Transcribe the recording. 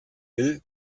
will